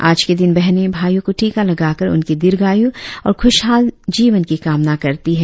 आज के दिन बहनें भाईयों को टीका लगाकर उनकी दीर्घायु और खुशहाल जीवन की कामना करती हैं